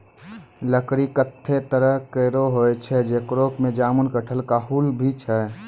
लकड़ी कत्ते तरह केरो होय छै, जेकरा में जामुन, कटहल, काहुल भी छै